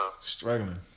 Struggling